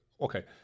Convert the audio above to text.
okay